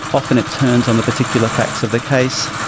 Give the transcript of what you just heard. often it turns on the particular facts of the case.